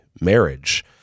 marriage